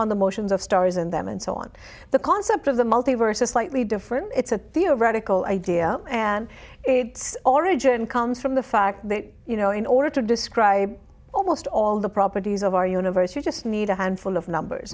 on the motions of stars in them and so on the concept of the multiverse is slightly different it's a theoretical idea and its origin comes from the fact that you know in order to describe almost all the properties of our universe you just need a handful of numbers